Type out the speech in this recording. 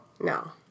No